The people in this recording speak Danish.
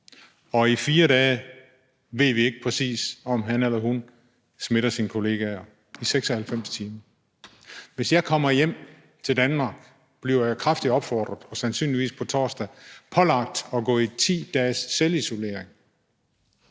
Og i 4 dage ved vi ikke præcist, om han eller hun smitter sine kollegaer, altså i 96 timer. Hvis jeg kommer hjem til Danmark, bliver jeg kraftigt opfordret til – og sandsynligvis på torsdag pålagt – at gå i 10 dages selvisolering;